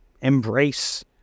embrace